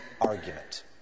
argument